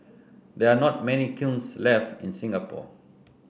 there are not many kilns left in Singapore